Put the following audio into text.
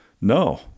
No